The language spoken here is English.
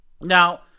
Now